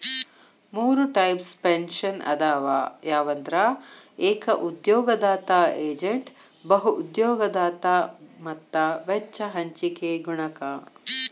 ಮೂರ್ types pension ಅದಾವ ಯಾವಂದ್ರ ಏಕ ಉದ್ಯೋಗದಾತ ಏಜೇಂಟ್ ಬಹು ಉದ್ಯೋಗದಾತ ಮತ್ತ ವೆಚ್ಚ ಹಂಚಿಕೆ ಗುಣಕ